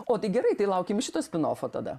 o tai gerai tai laukiam iš šito spinofo tada